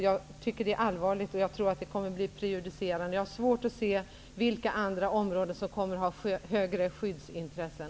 Jag tycker att det är allvarligt, och jag tror att det kommer att bli prejudicerande. Jag har svårt att se vilka andra områden som skulle ha högre skyddsintressen.